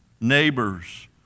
neighbors